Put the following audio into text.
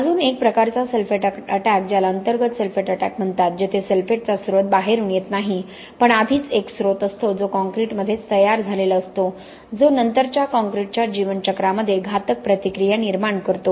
अजून एक प्रकारचा सल्फेट अटॅक ज्याला अंतर्गत सल्फेट अटॅक म्हणतात जेथे सल्फेटचा स्त्रोत बाहेरून येत नाही पण आधीच एक स्त्रोत असतो जो कॉंक्रिटमध्येच तयार झालेला असतो जो नंतरच्या कॉंक्रिटच्या जीवनचक्रामध्ये घातक प्रतिक्रिया निर्माण करतो